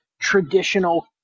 traditional